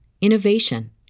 innovation